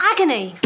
Agony